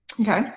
Okay